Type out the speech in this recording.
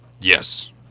Yes